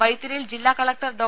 വൈത്തിരിയിൽ ജില്ലാ കളക്ടർ ഡോ